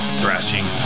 thrashing